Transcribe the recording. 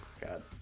God